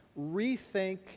Rethink